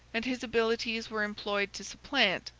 and his abilities were employed to supplant,